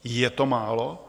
Je to málo?